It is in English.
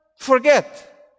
forget